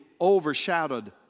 overshadowed